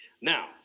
Now